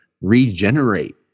regenerate